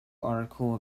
article